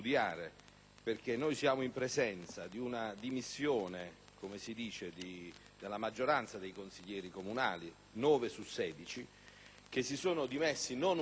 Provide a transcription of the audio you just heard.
Si è in presenza di una dimissione della maggioranza dei consiglieri comunali, 9 su 16. Tra l'altro, si sono dimessi non una volta,